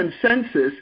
consensus